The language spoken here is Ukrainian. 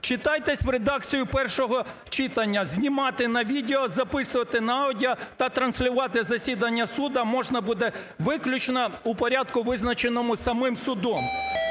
Вчитайтесь в редакцію першого читання: знімати на відео, записувати на аудіо- та транслювати засідання суду можна буде виключно у порядку, визначеному самим судом.